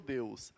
Deus